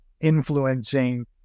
influencing